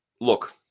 Look